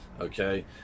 Okay